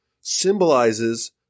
symbolizes